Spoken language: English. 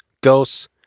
ghosts